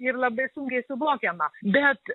ir labai sunkiai suvokiama bet